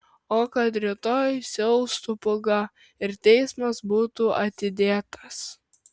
o kad rytoj siaustų pūga ir teismas būtų atidėtas